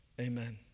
Amen